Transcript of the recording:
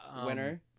winner